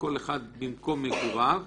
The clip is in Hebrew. כל אחד במקום מגוריו,